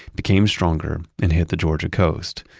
became stronger, and hit the georgia coast.